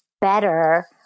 better